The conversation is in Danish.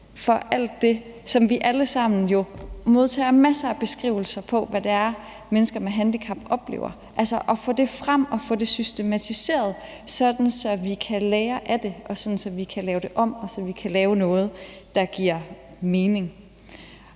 for alt det, som vi alle sammen modtager masser af beskrivelser af, altså hvad det er, mennesker med handicap oplever, og få det hele frem og få det systematiseret, sådan at vi kan lære af det, og sådan at vi kan lave det om, og så vi kan lave noget, der giver mening.